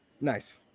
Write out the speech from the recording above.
nice